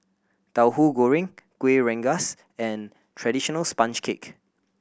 Tauhu Goreng Kuih Rengas and traditional sponge cake